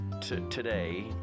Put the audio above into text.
today